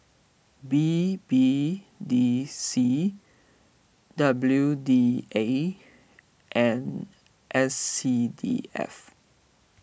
B B D C W D A and S C D F